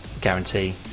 guarantee